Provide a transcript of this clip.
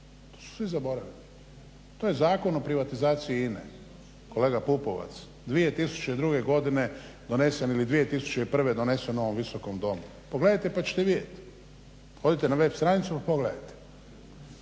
To su svi zaboravili. To je Zakon o privatizaciji INA-e. Kolega Pupovac 2002. godine donesen je 2001. donesen u ovom Visokom domu. Pogledajte pa ćete vidjeti. Odite na web stranicu, pogledajte.